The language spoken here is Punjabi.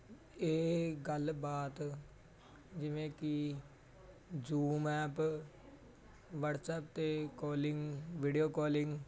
ਇਹ ਗੱਲਬਾਤ ਜਿਵੇਂ ਕਿ ਜੂਮ ਐਪ ਵਟਸਐਪ 'ਤੇ ਕੋਲਿੰਗ ਵੀਡੀਓ ਕੋਲਿੰਗ